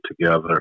together